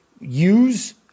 use